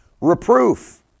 reproof